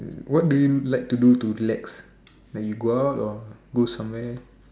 what do you like to do to relax like you go out or go somewhere